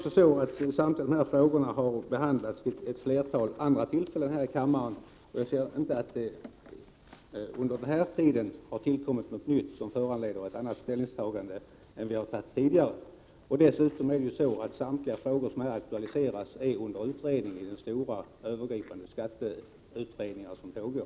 Samtliga dessa frågor har behandlats vid ett flertal andra tillfällen här i kammaren. Jag kan inte se att det under den här tiden har tillkommit någonting nytt som föranleder ett annat ställningstagande än tidigare. Dessutom är samtliga frågor som här har aktualiserats under utredning i de stora, övergripande skatteutredningar som pågår.